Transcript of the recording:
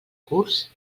curts